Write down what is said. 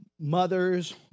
mothers